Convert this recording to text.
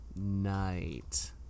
Night